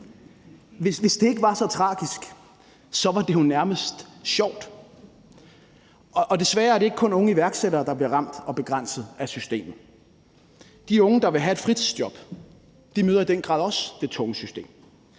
Hvis det ikke var så tragisk, var det jo nærmest sjovt, og desværre er det ikke kun unge iværksættere, der bliver ramt og begrænset af systemet. De unge, der vil have et fritidsjob, møder i den grad også det tunge system.